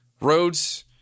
roads